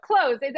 close